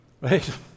Right